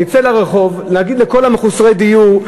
נצא לרחוב, נגיד לכל מחוסרי הדיור,